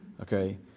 okay